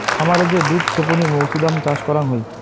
খামারে যে দুধ ছেপনি মৌছুদাম চাষ করাং হই